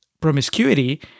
promiscuity